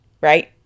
Right